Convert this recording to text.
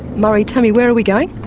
murray, tell me, where are we going?